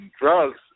drugs